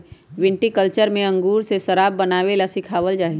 viticulture में अंगूर से शराब बनावे ला सिखावल जाहई